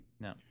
No